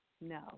No